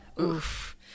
oof